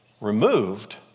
removed